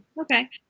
Okay